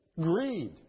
Greed